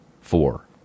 four